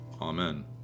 Amen